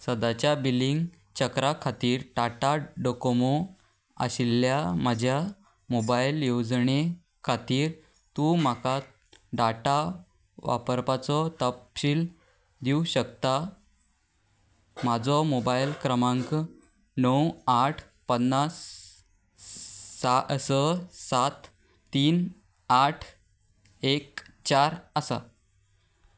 सदाच्या billing चक्रा खातीर Tata Docomo आशिल्ल्या म्हज्या मोबायल येवजणे खातीर तूं म्हाका डाटा वापरपाचो तपशील दिवं शकता म्हाजो मोबायल क्रमांक णव आठ पन्नास सा स सात तीन आठ एक चार आसा